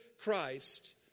Christ